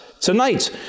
tonight